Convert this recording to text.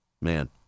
man